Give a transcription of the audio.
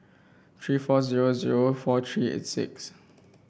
three four zero zero four three eight six